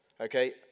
okay